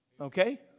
Okay